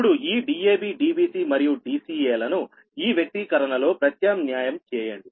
ఇప్పుడు ఈ DabDbc మరియు Dca లను ఈ వ్యక్తీకరణలో ప్రతిక్షేపించండి